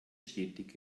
stetig